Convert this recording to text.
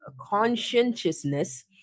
conscientiousness